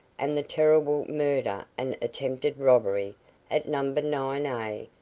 and the terrible murder and attempted robbery at number nine a,